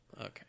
okay